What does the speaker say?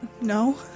No